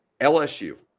LSU